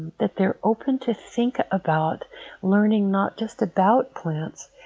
that they're open to think about learning, not just about plants,